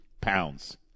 pounds